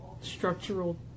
structural